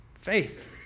Faith